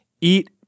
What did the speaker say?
eat